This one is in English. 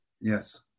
yes